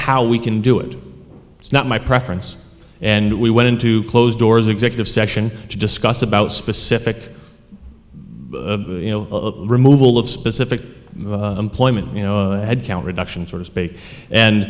how we can do it it's not my preference and we went into closed doors executive session to discuss about specific removal of specific employment you know headcount reduction